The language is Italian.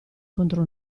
contro